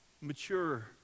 Mature